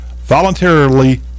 voluntarily